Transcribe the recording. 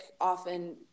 often